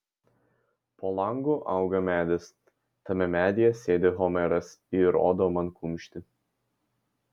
po langu auga medis tame medyje sėdi homeras ir rodo man kumštį